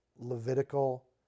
Levitical